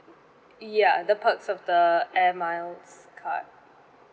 ya the perks of the air miles card